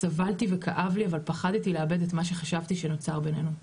סבלתי וכאב לי אבל פחדתי לאבד את מה שחשבתי שנוצר בינינו.